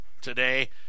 today